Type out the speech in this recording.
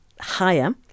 higher